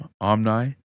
Omni